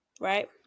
right